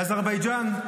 לאזרבייג'ן.